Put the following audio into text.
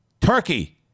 Turkey